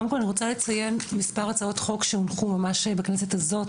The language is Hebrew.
קודם כל אני רוצה לציין מס' הצעות חוק שהונחו בכנסת הזאת,